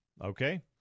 okay